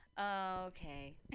okay